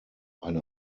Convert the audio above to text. eine